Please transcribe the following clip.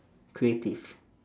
creative